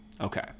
okay